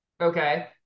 Okay